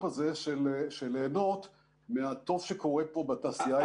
הזה של ליהנות מהטוב שקורה פה בתעשייה הישראלית.